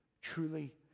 truly